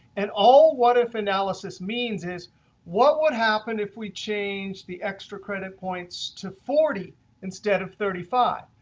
at all what if analysis means is what would happen if we changed the extra credit points to forty instead of thirty five.